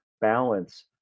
balance